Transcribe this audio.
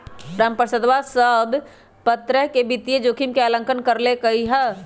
रामप्रसादवा सब प्तरह के वित्तीय जोखिम के आंकलन कर लेल कई है